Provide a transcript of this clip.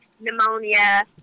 pneumonia